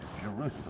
Jerusalem